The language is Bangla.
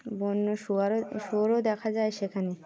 বন্য শুয়োরও শুয়োরও দেখা যায় সেখানে